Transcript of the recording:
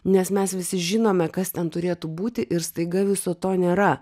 nes mes visi žinome kas ten turėtų būti ir staiga viso to nėra